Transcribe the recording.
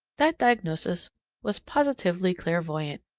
that diagnosis was positively clairvoyant.